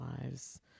lives